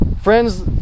Friends